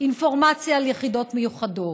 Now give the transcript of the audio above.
אינפורמציה על יחידות מיוחדות,